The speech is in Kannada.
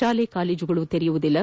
ಶಾಲೆ ಕಾಲೇಜುಗಳು ತೆರೆಯುವುದಿಲ್ಲ